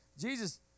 Jesus